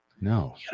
No